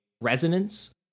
resonance